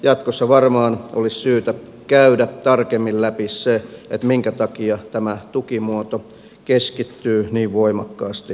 jatkossa varmaan olisi syytä käydä tarkemmin läpi se minkä takia tämä tukimuoto keskittyy niin voimakkaasti naisiin